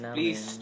Please